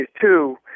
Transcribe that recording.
two